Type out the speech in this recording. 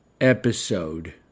episode